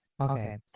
Okay